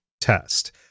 test